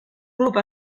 club